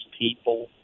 people